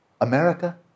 America